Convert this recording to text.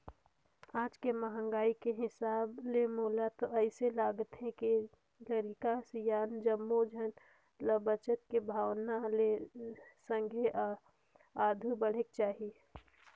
आज के महंगाई के हिसाब ले मोला तो अइसे लागथे के लरिका, सियान जम्मो झन ल बचत के भावना ले संघे आघु बढ़ेक चाही